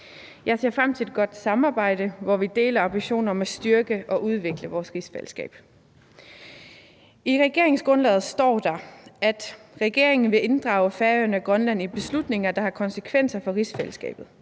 Jeg ser frem til et godt samarbejde, hvor vi deler ambitionen om at styrke og udvikle vores rigsfællesskab. I regeringsgrundlaget står der, at regeringen vil inddrage Færøerne og Grønland i beslutninger, der har konsekvenser for rigsfællesskabet.